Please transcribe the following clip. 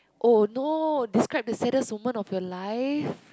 oh no describe the saddest moment of your life